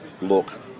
look